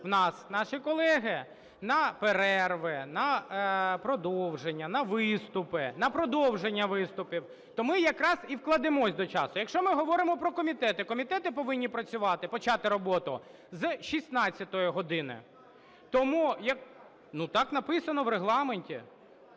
в нас наші колеги на перерви, на продовження, на виступи, на продовження виступів, то ми якраз і вкладемося до часу. Якщо ми говоримо про комітети. Комітети повинні працювати, почати роботу з 16 години. Тому як… Так написано в Регламенті,